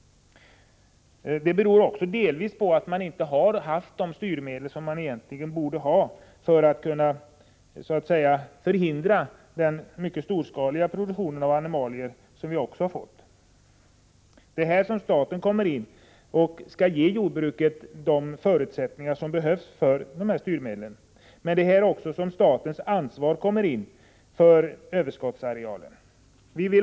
Orsaken är också delvis att man inte har haft de styrmedel som man egentligen borde ha för att motverka den mycket storskaliga produktion av animalier som vi också har fått. Det är här som staten skall komma in och ge jordbruket de förutsättningar som behövs i form av de här styrmedlen. Det är också här som statens ansvar för överskottsarealen kommer in.